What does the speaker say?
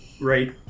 Right